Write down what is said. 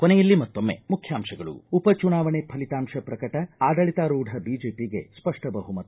ಕೊನೆಯಲ್ಲಿ ಮತ್ತೊಮ್ಮೆ ಮುಖ್ಯಾಂಶಗಳು ಉಪಚುನಾವಣೆ ಫಲಿತಾಂಶ ಪ್ರಕಟ ಆಡಳಿತಾರೂಢ ಬಿಜೆಪಿಗೆ ಸ್ಪಷ್ಟ ಬಹುಮತ